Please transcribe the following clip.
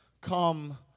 come